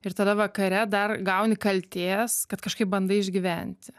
ir tada vakare dar gauni kaltės kad kažkaip bandai išgyventi